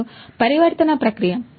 మరియు పరివర్తన ప్రక్రియ